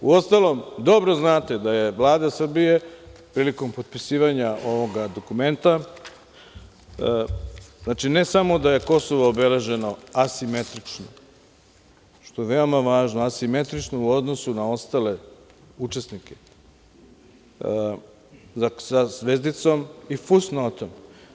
Uostalom, dobro znate da je Vlada Srbije prilikom potpisivanja ovog dokumenta, znači, ne samo da je Kosovo obeleženo asimetrično, što je veoma važno, asimetrično u odnosu na ostale učesnike sa zvezdicom i fusnotom.